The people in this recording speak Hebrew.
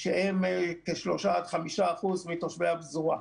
הם כ-3% עד 5% מתושבי הפזורה.